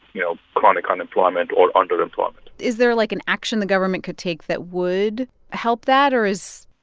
you know, chronic unemployment or underemployment is there, like, an action the government could take that would help that, or is.